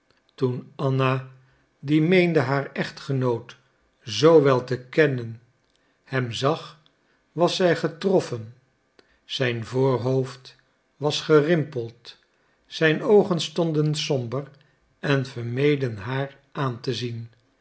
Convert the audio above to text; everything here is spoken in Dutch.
toen anna die meende haar echtgenoot zoo wel te kennen hem zag was zij getroffen zijn voorhoofd was gerimpeld zijn oogen stonden somber en vermeden haar aan te zien